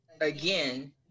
again